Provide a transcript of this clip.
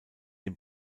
dem